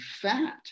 fat